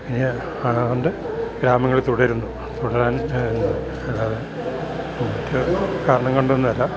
പിന്നെ അത്കൊണ്ട് ഗ്രാമങ്ങളിൽ തുടരുന്നു തുടരാൻ എന്താ അല്ലാതെ മറ്റ് കാരണം കൊണ്ടൊന്നുമല്ല